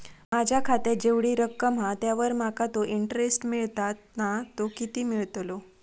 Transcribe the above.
माझ्या खात्यात जेवढी रक्कम हा त्यावर माका तो इंटरेस्ट मिळता ना तो किती मिळतलो?